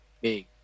big